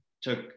took